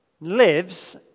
lives